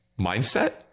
mindset